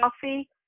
coffee